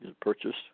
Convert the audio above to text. purchased